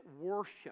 worship